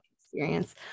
experience